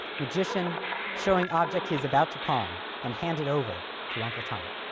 magician showing object he is about to palm and hand it over to uncle tom.